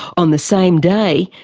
on the same day,